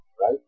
Right